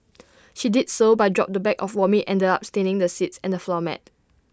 she did so but dropped the bag of vomit ended up staining the seats and the floor mat